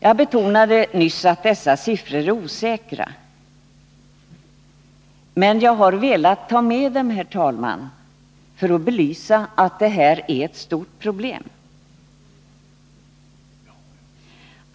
Jag betonade nyss att dessa siffror är osäkra, men jag har velat ta med dem, herr talman, för att belysa att det här är ett stort problem.